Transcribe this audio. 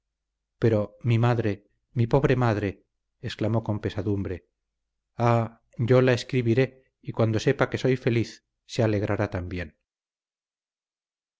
pero mi madre mi pobre madre exclamó con pesadumbre ah yo la escribiré y cuando sepa que soy feliz se alegrará también